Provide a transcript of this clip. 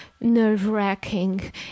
nerve-wracking